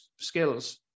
skills